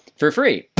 for free.